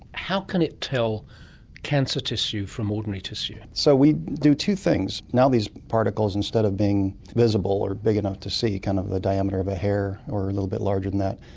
how can it tell cancer tissue from ordinary tissue? so we do two things. now these particles, instead of being visible or big enough to see, kind of the diameter of a hair or a little bit larger that that,